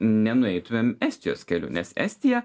nenueitumėm estijos keliu nes estija